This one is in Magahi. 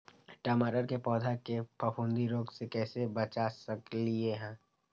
टमाटर के पौधा के फफूंदी रोग से कैसे बचा सकलियै ह?